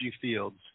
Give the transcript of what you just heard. fields